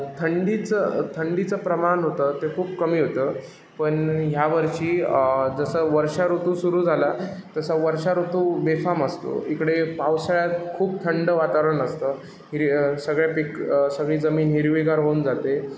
थंडीचं थंडीचं प्रमाण होतं ते खूप कमी होतं पण ह्या वर्षी जसा वर्षा ऋतू सुरू झाला तसा वर्षा ऋतू बेफाम असतो इकडे पावसाळ्यात खूप थंड वातावरण असतं हिर सगळे पिक सगळी जमीन हिरवीगार होऊन जाते